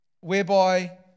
whereby